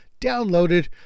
downloaded